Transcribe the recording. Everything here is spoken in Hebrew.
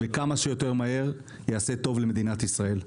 וכמה שיותר מהר יעשה טוב למדינת ישראל.